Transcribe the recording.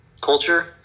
culture